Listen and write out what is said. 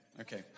Okay